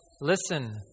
Listen